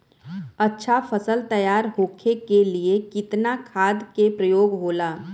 अच्छा फसल तैयार होके के लिए कितना खाद के प्रयोग होला?